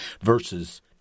verses